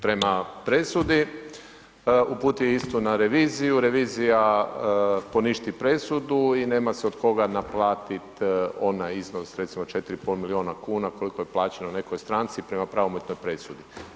prema presudi, uputi istu na reviziju, revizija poništi presudu i nema se od koga naplatiti onaj iznos recimo 4,5 milijuna kuna koliko je plaćeno nekoj stranci prema pravomoćnoj presudi.